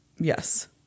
Yes